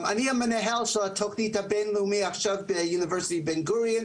אני המנהל של התוכנית הבינלאומית עכשיו באוניברסיטת בן גוריון,